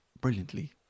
brilliantly